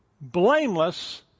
blameless